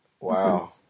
Wow